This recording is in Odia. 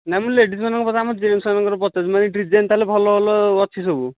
ନା ମୁଁ ଲେଡ଼ିସ୍ ମାନଙ୍କ ଆମ ଜେଣ୍ଟସ୍ ମାନଙ୍କର ପଚାରୁଛି ଡିଜାଇନ ତା'ହେଲେ ଭଲ ଭଲ ଅଛି ତା'ହେଲେ ସବୁ